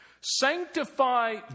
sanctify